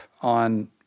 on